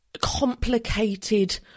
complicated